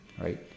right